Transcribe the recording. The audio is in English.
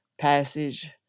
passage